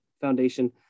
foundation